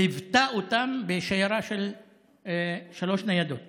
וליוותה אותם בשיירה של שלוש ניידות